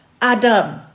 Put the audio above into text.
Adam